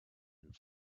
and